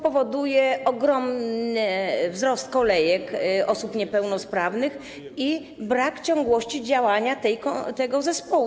To powoduje ogromny wzrost kolejek osób niepełnosprawnych i brak ciągłości działania tego zespołu.